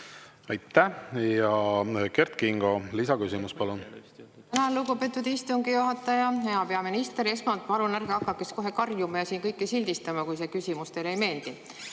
Aitäh! Kert Kingo, lisaküsimus, palun!